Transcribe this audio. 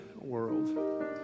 world